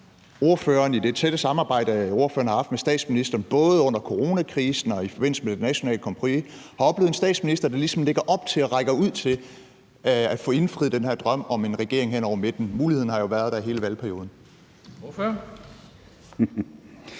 om ordføreren i det tætte samarbejde, ordføreren har haft med statsministeren både under coronakrisen og i forbindelse med det nationale kompromis, har oplevet en statsminister, der ligesom lægger op til og rækker ud til at få indfriet den her drøm om en regering hen over midten. Muligheden har jo været der i hele valgperioden.